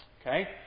Okay